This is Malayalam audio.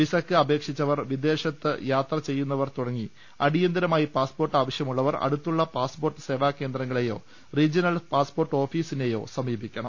വിസയ്ക്ക് അപേക്ഷിച്ചവർ വിദേ ശത്ത് യാത്ര ചെയ്യുന്നവർ തുടങ്ങി അടിയന്തരമായി പാസ്പോർട്ട് ആവശ്യമുള്ളവർ അടുത്തുള്ള പാസ്പോർട്ട് സേവാകേന്ദ്രങ്ങ ളെയോ റീജ്യണൽ പാസ്പോർട്ട് ഓഫീസിനെയോ സമീപിക്കണം